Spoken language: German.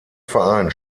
verein